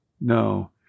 No